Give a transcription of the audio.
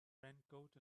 raincoat